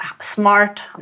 smart